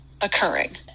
occurring